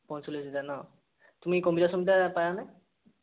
পঞ্চল্লিছ হাজাৰ ন তুমি কম্পিউটাৰ চম্পিউটাৰ পাৰানে